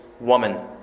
woman